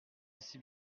aussi